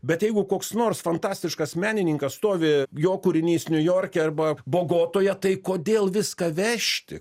bet jeigu koks nors fantastiškas menininkas stovi jo kūrinys niujorke arba bogotoje tai kodėl viską vežti